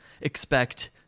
Expect